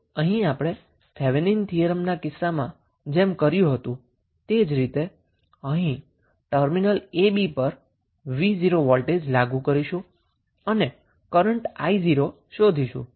તો અહીં આપણે થેવેનીન થીયરમના કિસ્સામાં જેમ કર્યુ હતું તે જ રીતે અહીં પણ ટર્મિનલ a b પર v0 વોલ્ટજ લાગુ કરીશું અને કરન્ટ 𝑖0 શોધીશું